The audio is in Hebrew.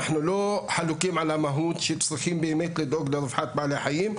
אנחנו לא חלוקים על המהות שצריכים באמת לדאוג לרווחת בעלי החיים.